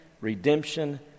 redemption